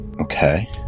okay